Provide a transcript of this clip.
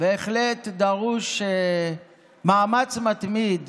בהחלט דרוש מאמץ מתמיד